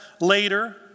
later